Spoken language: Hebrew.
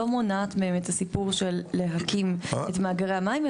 לא מונעת מהם את הסיפור של להקים את מאגרי המים,